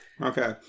Okay